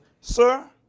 Sir